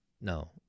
No